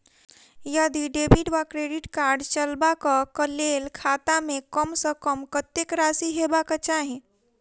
यदि डेबिट वा credit card चलबाक कऽ लेल खाता मे कम सऽ कम कत्तेक राशि हेबाक चाहि?